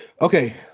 Okay